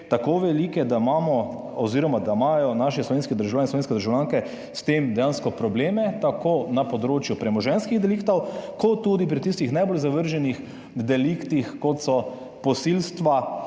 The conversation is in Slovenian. tako velike, da imamo oziroma, da imajo naši slovenski državljani in slovenske državljanke s tem dejansko probleme, tako na področju premoženjskih deliktov, kot tudi pri tistih najbolj zavrženih deliktih kot so posilstva,